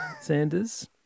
Sanders